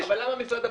אבל למה משרד הבריאות?